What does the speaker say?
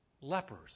lepers